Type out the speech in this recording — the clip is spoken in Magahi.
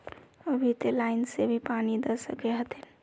अभी ते लाइन से भी पानी दा सके हथीन?